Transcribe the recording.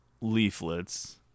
leaflets